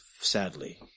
sadly